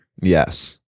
Yes